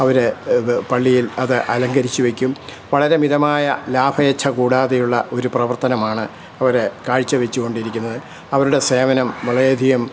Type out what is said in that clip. അവർ പള്ളിയിൽ അത് അലങ്കരിച്ചു വയ്ക്കും വളരെ മിതമായ ലാഭേച്ഛ കൂടാതെയുള്ള ഒരു പ്രവർത്തനമാണ് അവർ കാഴ്ച്ച വച്ചുകൊണ്ടിരിക്കുന്നത് അവരുടെ സേവനം വളരെയധികം